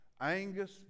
Angus